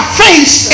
face